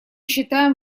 считаем